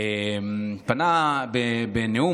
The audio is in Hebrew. פנה בנאום,